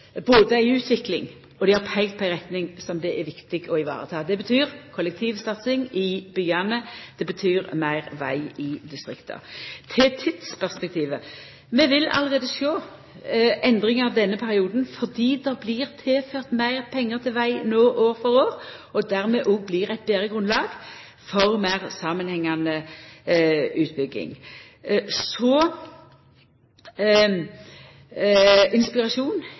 er viktig å vareta. Det betyr kollektivsatsing i byane, og det betyr meir veg i distrikta. Til tidsperspektivet: Vi vil allereie sjå endringar denne perioden, fordi det no blir tilført meir pengar til veg år for år, og dermed blir det òg eit betre grunnlag for meir samanhengande utbygging. Så til inspirasjon